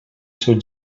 seu